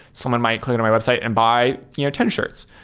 someone might click in on my website and buy you know ten shirts.